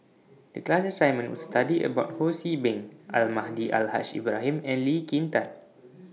The class assignment was study about Ho See Beng Almahdi Al Haj Ibrahim and Lee Kin Tat